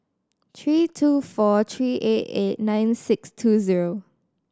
three two four three eight eight nine six two zero